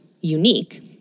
unique